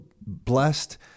blessed